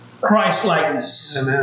Christ-likeness